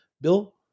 Bill